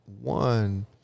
One